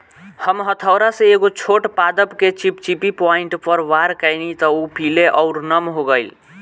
हम हथौड़ा से एगो छोट पादप के चिपचिपी पॉइंट पर वार कैनी त उ पीले आउर नम हो गईल